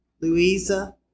Louisa